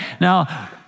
Now